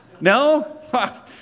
No